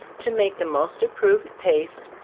to make the most approved paste,